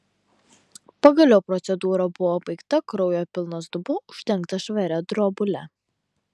pagaliau procedūra buvo baigta kraujo pilnas dubuo uždengtas švaria drobule